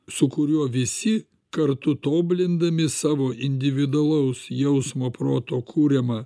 su kuriuo visi kartu tobulindami savo individualaus jausmo proto kuriamą